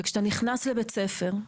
וכשאתה נכנס לבית ספר,